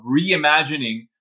reimagining